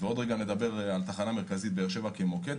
ונדבר מאוחר יותר על תחנה מרכזית באר שבע כמוקד.